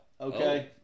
Okay